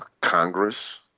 Congress